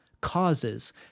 causes